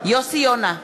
יוסי יונה,